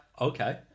okay